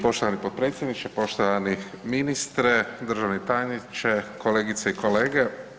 Poštovani potpredsjedniče, poštovani ministre, državni tajniče, kolegice i kolege.